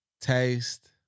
taste